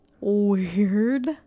Weird